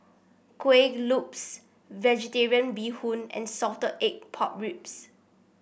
Kueh Lopes vegetarian Bee Hoon and Salted Egg Pork Ribs